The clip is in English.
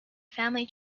family